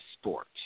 sport